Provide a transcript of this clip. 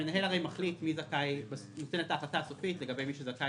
המנהל נותן את ההחלטה הסופית לגבי מי שזכאי